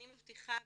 אני מבטיחה ואומרת,